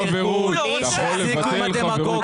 תפסיק עם הדמגוגיה.